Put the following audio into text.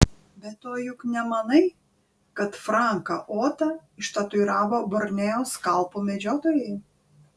be to juk nemanai kad franką otą ištatuiravo borneo skalpų medžiotojai